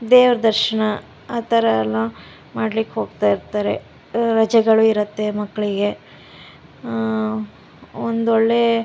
ದೇವ್ರ ದರ್ಶನ ಆ ಥರ ಎಲ್ಲ ಮಾಡ್ಲಿಕ್ಕೆ ಹೋಗ್ತಾ ಇರ್ತಾರೆ ರಜೆಗಳು ಇರುತ್ತೆ ಮಕ್ಕಳಿಗೆ ಒಂದೊಳ್ಳೆಯ